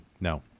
No